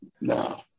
no